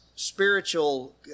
spiritual